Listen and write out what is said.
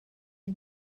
you